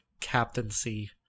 captaincy